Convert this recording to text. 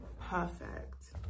Perfect